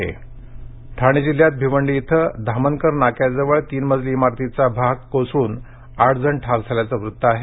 इमारत ठाणे ठाणे जिल्ह्यात भिवंडी इथं धामनकर नाक्याजवळ तीन मजली इमारतीचा भाग कोसळून आठ जण ठार झाल्याचं वृत्त आहे